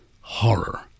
horror